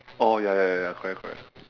oh ya ya ya correct correct